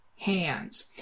hands